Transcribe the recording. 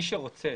מי שרוצה,